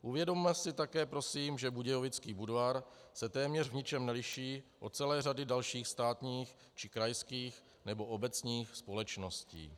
Uvědomme si také prosím, že budějovický Budvar se téměř v ničem neliší od celé řady dalších státních či krajských nebo obecních společností.